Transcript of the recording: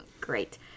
great